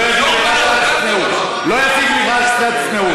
לא תזיק לך קצת צניעות.